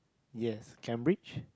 yes Cambridge